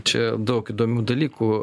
čia daug įdomių dalykų